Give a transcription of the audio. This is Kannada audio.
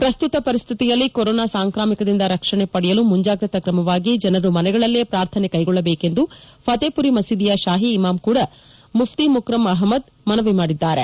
ಪ್ರಸ್ತುತ ಪರಿಸ್ಡಿತಿಯಲ್ಲಿ ಕೊರೋನಾ ಸಾಂಕ್ರಾಮಿಕದಿಂದ ರಕ್ಷಣೆ ಪಡೆಯಲು ಮುಂಜಾಗ್ರತಾ ಕ್ರಮವಾಗಿ ಜನರು ಮನೆಗಳಲ್ಲೇ ಪ್ರಾರ್ಥನೆ ಕೈಗೊಳ್ಳಬೇಕೆಂದು ಫತೇಪುರಿ ಮಸೀದಿಯ ಶಾಹಿ ಇಮಾಮ್ ಮುಫ್ತಿ ಮುಕರ್ರಮ್ ಅಹ್ಮದ್ ಅವರೂ ಕೂಡ ಮನವಿ ಮಾದಿದ್ದಾರೆ